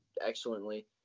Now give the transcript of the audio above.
excellently